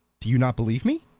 do you not believe me?